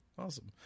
Awesome